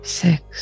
six